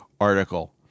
article